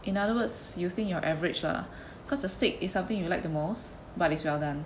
in other words you think you're average lah because the steak is something you like the most but it's well done